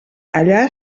allà